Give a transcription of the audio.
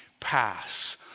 pass